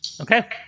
Okay